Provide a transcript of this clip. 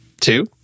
two